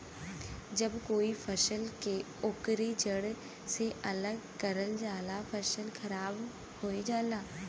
जब कोई फसल के ओकरे जड़ से अलग करल जाला फसल खराब होये लगला